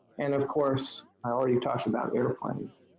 and of course, i already talked about airplanes.